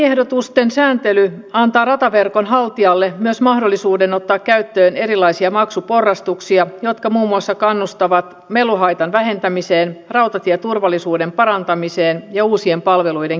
lakiehdotusten sääntely antaa rataverkon haltijalle myös mahdollisuuden ottaa käyttöön erilaisia maksuporrastuksia jotka muun muassa kannustavat meluhaitan vähentämiseen rautatieturvallisuuden parantamiseen ja uusien palveluiden kehittämiseen